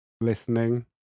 listening